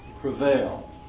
prevail